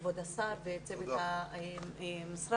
כבוד השר וצוות המשרד,